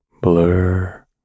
blur